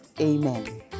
amen